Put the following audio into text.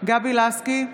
גבי לסקי,